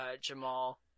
Jamal